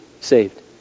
saved